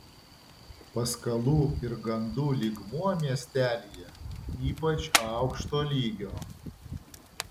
paskalų ir gandų lygmuo miestelyje ypač aukšto lygio